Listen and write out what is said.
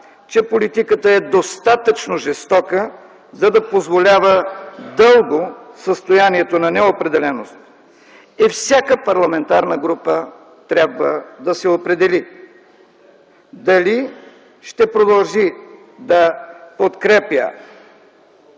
че политиката е достатъчно жестока, за да позволява дълго състоянието на неопределеност. Всяка парламентарна група трябва да се определи дали ще продължи да подкрепя,